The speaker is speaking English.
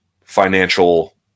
financial